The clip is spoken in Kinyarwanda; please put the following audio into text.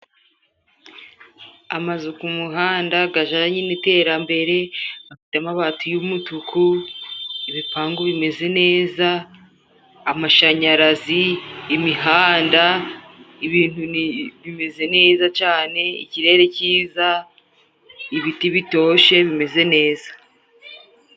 Amazu ku muhanda gajanye n'iterambere ,gafite amabati y'umutuku ,ibipangu bimeze neza, amashanyarazi, imihanda, ibintu ni bimeze neza cane, ikirere ciza, ibiti bitoshe bimeze neza.